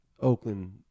Oakland